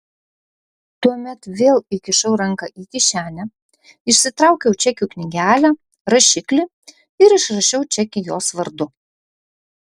tuomet vėl įkišau ranką į kišenę išsitraukiau čekių knygelę rašiklį ir išrašiau čekį jos vardu